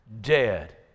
dead